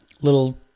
little